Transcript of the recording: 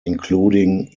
including